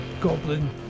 Goblin